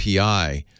API